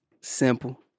Simple